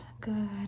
Good